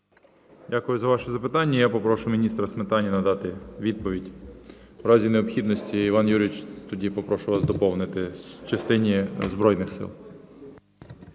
Дякую за ваше запитання. Я попрошу міністра Сметаніна дати відповідь. В разі необхідності, Іван Юрійович, тоді попрошу вас доповнити в частині Збройних Сил.